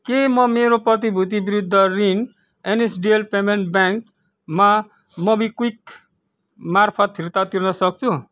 के म मेरो प्रतिभुति वृद्ध ऋण एनएसडिएल पेमेन्ट ब्याङ्कमा मबिक्विक मार्फत फिर्ता तिर्न सक्छु